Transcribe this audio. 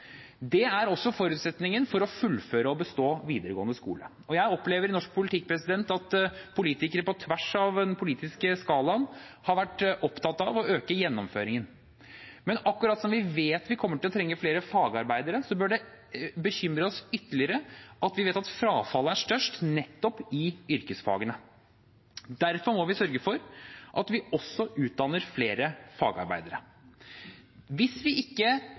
Det er også forutsetningen for å fullføre og bestå videregående skole. Jeg opplever i norsk politikk at politikere på tvers av den politiske skalaen har vært opptatt av å øke gjennomføringen. Men akkurat som vi vet at vi kommer til å trenge flere fagarbeidere, bør det bekymre oss ytterligere at vi vet at frafallet er størst nettopp i yrkesfagene. Derfor må vi sørge for at vi også utdanner flere fagarbeidere. Hvis vi ikke